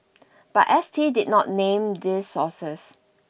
but S T did not name these sources